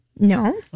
No